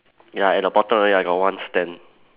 ya at the bottom of it I got one stand